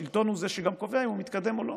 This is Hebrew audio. השלטון הוא שגם קובע אם הוא מתקדם או לא.